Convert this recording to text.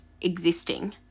existing